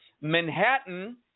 Manhattan